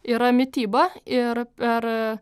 yra mityba ir ir